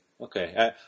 Okay